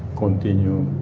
continue.